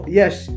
yes